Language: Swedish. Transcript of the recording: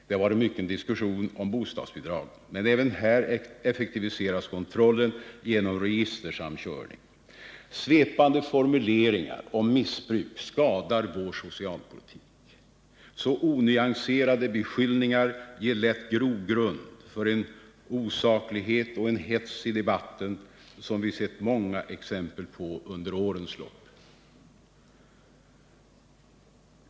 Det har varit mycken diskussion om bostadsbidragen. Men även här effektiviseras kontrollen genom registersamkörning. Svepande formuleringar om missbruk skadar vår socialpolitik. Så onyanserade beskyllningar ger lätt grogrund för en osaklighet och hets i debatten, som vi sett många exempel på under årens lopp.